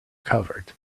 covered